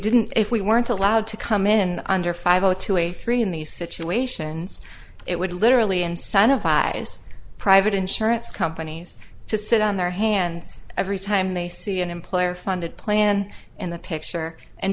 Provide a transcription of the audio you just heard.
didn't if we weren't allowed to come in under five o two a three in these situations it would literally incentivize private insurance companies to sit on their hands every time they see an employer funded plan in the picture and